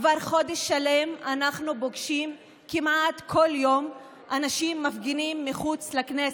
כבר חודש שלם אנחנו פוגשים כמעט בכל יום אנשים שמפגינים מחוץ לכנסת.